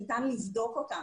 ניתן לבדוק את זה.